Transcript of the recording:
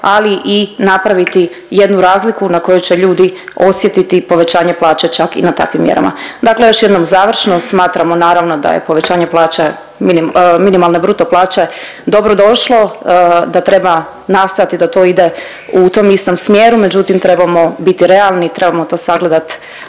ali i napraviti jednu razliku na kojoj će ljudi osjetiti povećanje plaće čak i na takvim mjerama. Dakle još jednom završno, smatramo naravno da je povećanje plaća, minimalne bruto plaće dobrodošlo, da treba nastojati da to ide u tom istom smjeru, međutim trebamo biti realni i trebamo to sagledat